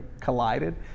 collided